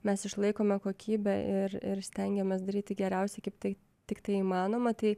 mes išlaikome kokybę ir ir stengiamės daryti geriausiai kaip tai tiktai įmanoma tai